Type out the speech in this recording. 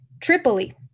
Tripoli